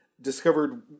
discovered